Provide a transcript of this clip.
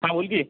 हां बोल की